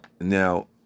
Now